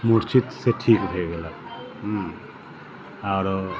मूर्छितसँ ठीक भऽ गेलनि आरो